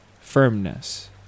firmness